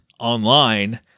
Online